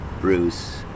Bruce